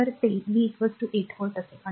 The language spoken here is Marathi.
तर ते v 8 व्होल्ट असेल